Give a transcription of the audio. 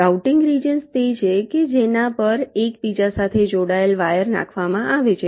routing regions તે છે કે જેના પર એકબીજા સાથે જોડાયેલા વાયર નાખવામાં આવે છે